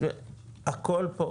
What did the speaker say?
הכול פה,